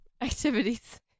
activities